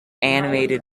animated